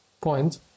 point